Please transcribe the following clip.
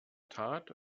tat